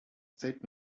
said